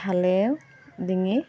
খালেও ডিঙি